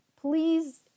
please